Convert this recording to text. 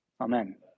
amen